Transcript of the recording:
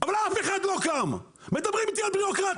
אבל אף אחד לא קם, מדברים איתי על בירוקרטיה.